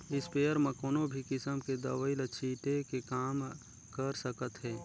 sprayer म कोनो भी किसम के दवई ल छिटे के काम कर सकत हे